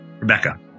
Rebecca